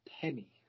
penny